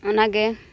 ᱚᱱᱟᱜᱮ